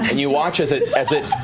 and you watch as it as it